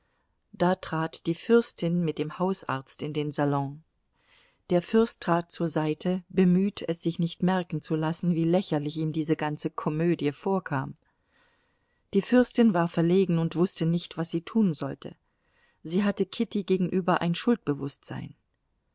da trat die fürstin mit dem hausarzt in den salon der fürst trat zur seite bemüht es sich nicht merken zu lassen wie lächerlich ihm diese ganze komödie vorkam die fürstin war verlegen und wußte nicht was sie tun sollte sie hatte kitty gegenüber ein schuldbewußtsein